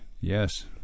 Yes